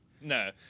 No